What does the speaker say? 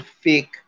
fake